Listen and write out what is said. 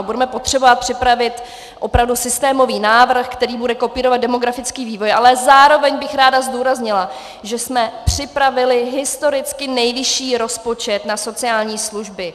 Budeme potřebovat připravit opravdu systémový návrh, který bude kopírovat demografický vývoj, ale zároveň bych ráda zdůraznila, že jsme připravili historicky nejvyšší rozpočet na sociální služby.